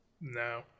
no